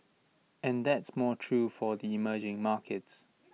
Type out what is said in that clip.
and that's more true for the emerging markets